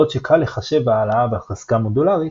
בעוד שקל לחשב העלאה בחזקה מודולרית,